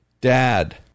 dad